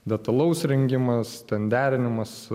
detalaus rengimas ten derinamas